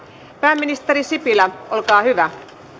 pääministeri sipilä olkaa hyvä